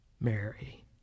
Mary